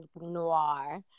noir